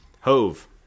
Hove